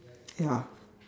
ya